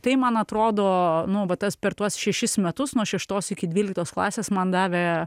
tai man atrodo nu vat tas per tuos šešis metus nuo šeštos iki dvyliktos klasės man davė